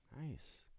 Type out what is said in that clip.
nice